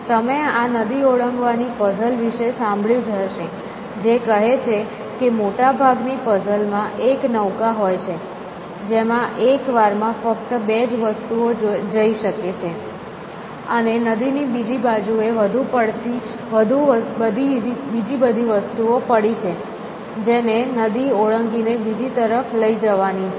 તમે આ નદી ઓળંગવાની પઝલ વિશે સાંભળ્યું જ હશે જે કહે છે કે મોટાભાગની પઝલ માં એક નૌકા હોય છે જેમાં એક વારમાં ફક્ત બે જ વસ્તુઓ જઇ શકે છે અને નદીની એક બાજુએ બધી વસ્તુઓ પડી છે જેને નદી ઓળંગીને બીજી તરફ લઇ જવાની છે